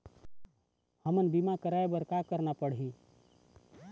हमन बीमा कराये बर का करना पड़ही?